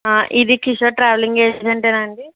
ఇది కిషోర్ ట్రావెలింగ్ ఏజెంటేనా అండి